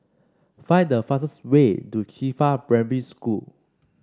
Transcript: find the fastest way to Qifa Primary School